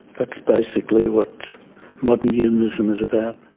that's basically what modern humanism is about.